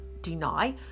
deny